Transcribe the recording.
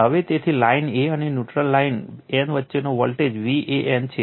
હવે તેથી line a અને ન્યુટ્રલ લાઇન n વચ્ચેનો વોલ્ટેજ Van છે